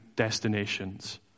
destinations